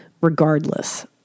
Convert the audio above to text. regardless